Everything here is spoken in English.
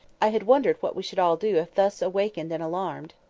i had wondered what we should all do if thus awakened and alarmed,